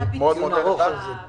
אני מאוד מודה לך על זה.